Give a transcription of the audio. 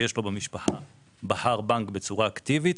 בצורה אקטיבית,